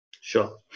Sure